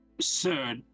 sir